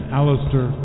Alistair